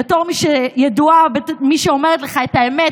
בתור מי שידועה כמי שאומרת לך את האמת